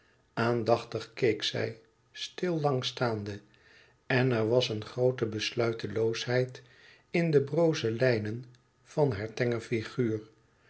aandachtig keek zij stil lang staande en er was een groote besluiteloosheid in de broze lijnen van haar tenger figuur